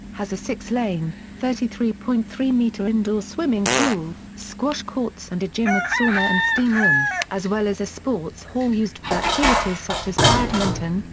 has a six-lane, thirty three point three metre indoor swimming pool, squash courts and a gym with sauna and steam room, as well as a sports hall used for activities such as badminton,